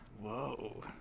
whoa